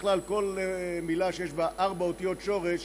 בכלל, כל מילה שיש בה ארבע אותיות שורש